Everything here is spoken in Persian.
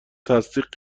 تصدیق